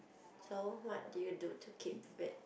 so what did you do to keep fit